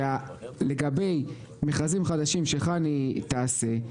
שלגבי מכרזים חדשים שחנ"י תעשה,